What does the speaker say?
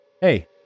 Hey